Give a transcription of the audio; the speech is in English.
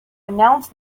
announced